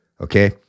Okay